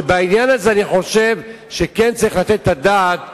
ובעניין הזה אני חושב שצריך לתת את הדעת